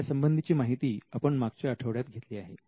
यासंबंधीची माहिती आपण मागच्या आठवड्यात घेतली आहे